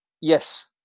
yes